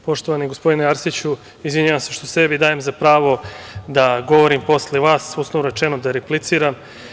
Poštovani gospodine Arsiću, izvinjavam se što sebi dajem za pravo da govorim posle vas, uslovno rečeno da repliciram.